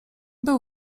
był